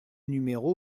numéro